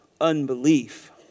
unbelief